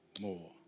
more